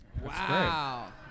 Wow